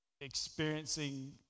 experiencing